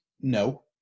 No